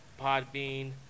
Podbean